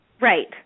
right